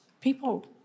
People